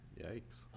yikes